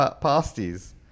pasties